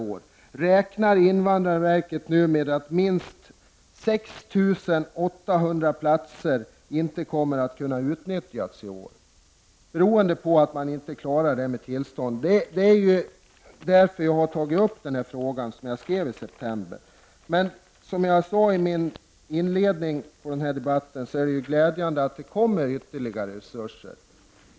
SIV nu med att minst 6 800 platser inte kommer att kunna utnyttjas i år.'' Detta beror på att man alltså inte klarar handläggningen av tillståndsärendena. Det är också därför jag framställt denna interpellation, som jag skrev i september. Som jag sade i början av denna debatt är det glädjande att invandrarverket kommer att få ytterligare resurser.